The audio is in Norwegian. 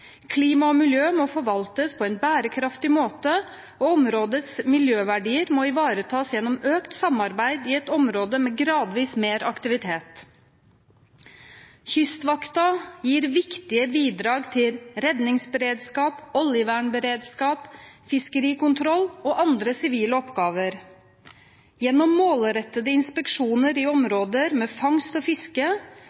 Klima og miljø må forvaltes på en bærekraftig måte, og områdets miljøverdier må ivaretas gjennom økt samarbeid i et område med gradvis mer aktivitet. Kystvakta gir viktige bidrag til redningsberedskap, oljevernberedskap, fiskerikontroll og andre sivile oppgaver. Gjennom målrettede inspeksjoner i områder med fangst og fiske